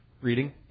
reading